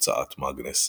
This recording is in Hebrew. הוצאת מאגנס,